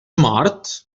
mort